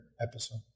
episode